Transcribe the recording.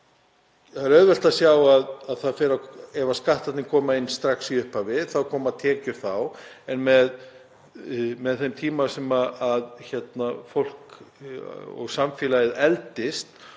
Það er auðvelt að sjá að ef skattarnir koma inn strax í upphafi þá koma tekjur þá, en á þeim tíma sem fólk og samfélagið eldist